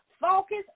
focus